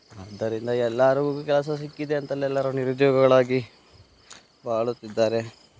ಆದ್ದರಿಂದ ಎಲ್ಲರೂ ಕೆಲ್ಸ ಸಿಕ್ಕಿದೆ ಅಂತಲ್ಲೆಲ್ಲರೂ ನಿರುದ್ಯೋಗಿಗಳಾಗಿ ಬಾಳುತ್ತಿದ್ದಾರೆ